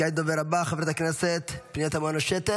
כעת הדוברת הבאה, חברת הכנסת פנינה תמנו-שטה,